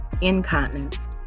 incontinence